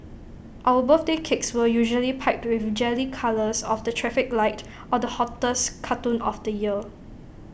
our birthday cakes were usually piped with jelly colours of the traffic light or the hottest cartoon of the year